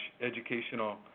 educational